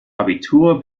abitur